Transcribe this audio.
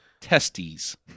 testes